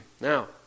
Now